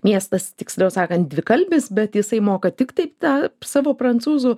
miestas tiksliau sakan dvikalbis bet jisai moka tiktai tą savo prancūzų